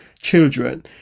children